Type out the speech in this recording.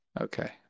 Okay